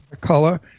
color